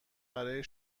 برای